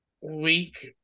week